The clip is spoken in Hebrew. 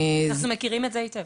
אנחנו מכירים את זה היטב.